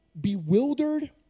bewildered